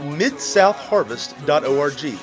midsouthharvest.org